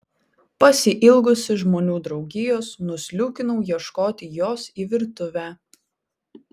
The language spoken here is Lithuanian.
pasiilgusi žmonių draugijos nusliūkinau ieškoti jos į virtuvę